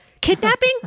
Kidnapping